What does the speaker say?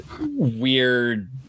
weird